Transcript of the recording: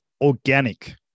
organic